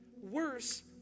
Worse